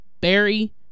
Barry